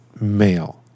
male